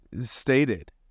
stated